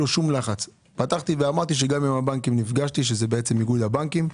גם עם הבנקים נפגשתי, שזה איגוד הבנקים,